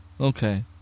Okay